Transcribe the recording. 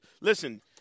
listen